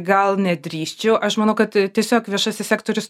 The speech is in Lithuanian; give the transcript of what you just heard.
gal nedrįsčiau aš manau kad tiesiog viešasis sektorius